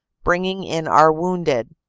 bringing in our wounded.